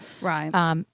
Right